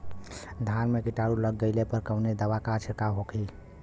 धान में कीटाणु लग गईले पर कवने दवा क छिड़काव होई?